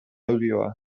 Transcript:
audioa